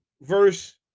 verse